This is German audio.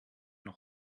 noch